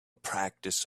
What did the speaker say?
practice